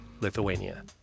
Lithuania